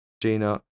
Gina